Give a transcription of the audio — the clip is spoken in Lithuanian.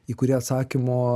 į kurį atsakymo